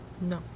No